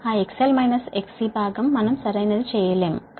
కాబట్టి ఆ XL XC భాగం మనం సరైనది చేయలేము